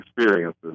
experiences